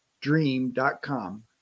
dream.com